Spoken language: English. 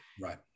Right